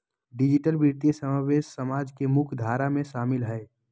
digital वित्तीय समावेश समाज के मुख्य धारा में शामिल हइ